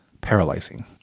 paralyzing